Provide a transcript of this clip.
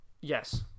yes